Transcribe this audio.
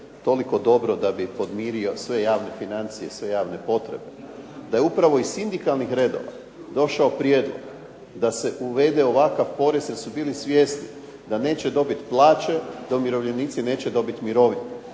toliko dobro da bi podmirio sve javne financije, sve javne potrebe. Da je upravo iz sindikalnih redova došao prijedlog da se uvede ovakav porez jer su bili svjesni da neće dobiti plaće, da umirovljenici neće dobiti mirovine.